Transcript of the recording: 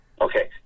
Okay